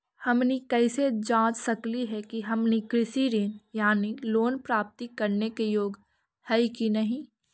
हमनी कैसे जांच सकली हे कि हमनी कृषि ऋण यानी लोन प्राप्त करने के योग्य हई कि नहीं?